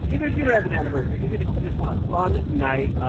even if you don't have an anniversary, even if you just want a fun night,